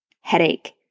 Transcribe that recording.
headache